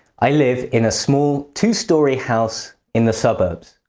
i live in a small, two-stoery house in the suburbs.